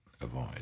avoid